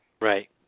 Right